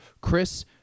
chris